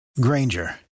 Granger